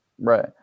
Right